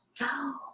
No